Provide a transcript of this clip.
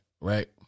right